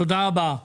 תודה רבה.